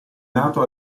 nato